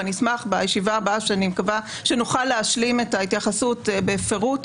ואני אשמח בישיבה הבאה ואני מקווה שנוכל להשלים את ההתייחסות בפירוט.